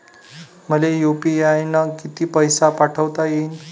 मले यू.पी.आय न किती पैसा पाठवता येईन?